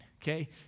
Okay